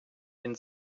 den